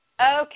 Okay